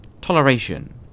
toleration